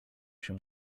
się